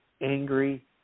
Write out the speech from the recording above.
angry